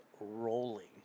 rolling